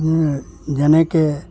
যেনেকৈ